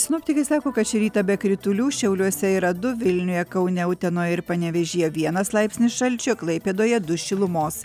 sinoptikai sako kad šį rytą be kritulių šiauliuose yra du vilniuje kaune utenoje ir panevėžyje vienas laipsnis šalčio klaipėdoje du šilumos